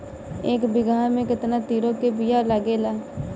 एक बिगहा में केतना तोरी के बिया लागेला?